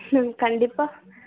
ம் கண்டிப்பாக